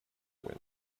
wind